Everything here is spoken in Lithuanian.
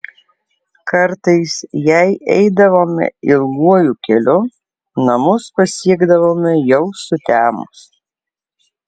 kartais jei eidavome ilguoju keliu namus pasiekdavome jau sutemus